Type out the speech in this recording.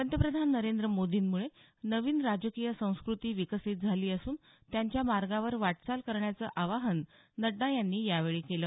पंतप्रधान नरेंद्र मोदींमुळे नवी राजकीय संस्कृती विकसित झाली असून त्यांच्या मार्गावर वाटचाल करण्याचं आवाहन नड्डा यांनी यावेळी केलं